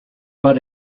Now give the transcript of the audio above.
but